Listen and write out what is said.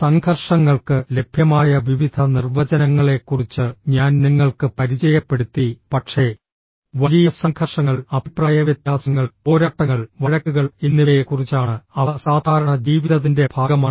സംഘർഷങ്ങൾക്ക് ലഭ്യമായ വിവിധ നിർവചനങ്ങളെക്കുറിച്ച് ഞാൻ നിങ്ങൾക്ക് പരിചയപ്പെടുത്തി പക്ഷേ വലിയ സംഘർഷങ്ങൾ അഭിപ്രായവ്യത്യാസങ്ങൾ പോരാട്ടങ്ങൾ വഴക്കുകൾ എന്നിവയെക്കുറിച്ചാണ് അവ സാധാരണ ജീവിതതിന്റെ ഭാഗമാണ്